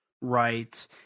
Right